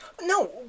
no